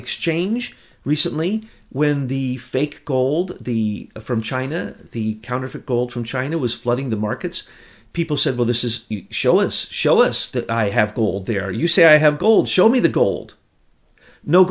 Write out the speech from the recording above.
exchange recently when the fake gold the a from china the counterfeit gold from china was flooding the markets people said well this is you show us show us that i have gold there you say i have gold show me the gold no